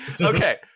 Okay